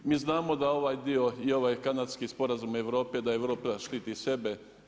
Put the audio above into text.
Mi znamo da ovaj dio i ovaj Kanadski sporazum Europe da je vrlo, štiti sebe.